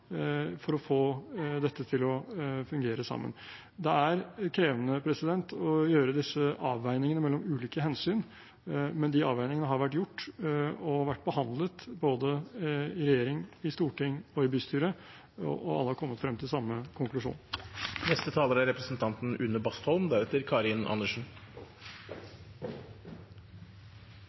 for å få dette til å fungere sammen. Det er krevende å gjøre disse avveiningene mellom ulike hensyn, men de avveiningene har vært gjort og vært behandlet både i regjering, i storting og i bystyret, og alle har kommet frem til samme konklusjon.